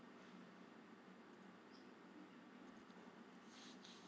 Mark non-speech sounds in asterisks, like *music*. *noise*